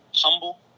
humble